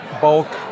bulk